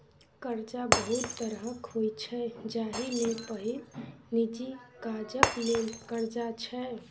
करजा बहुत तरहक होइ छै जाहि मे पहिल निजी काजक लेल करजा छै